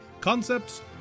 concepts